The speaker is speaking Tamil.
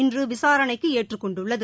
இன்றுவிசாரணைக்குஏற்றுக் கொண்டுள்ளது